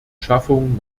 schaffung